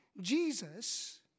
Jesus